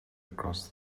across